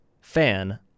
fan